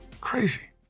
Crazy